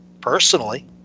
personally